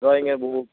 ড্রইংয়ের বুক